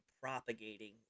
propagating